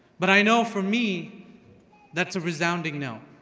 but i know for me that's a resounding no.